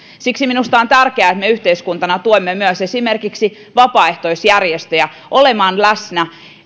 siksi minusta on tärkeää että me yhteiskuntana tuemme myös esimerkiksi vapaaehtoisjärjestöjä olemaan läsnä